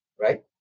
right